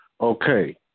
Okay